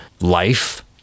life